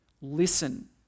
listen